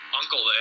uncle